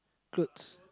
clothes